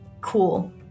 Cool